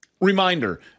Reminder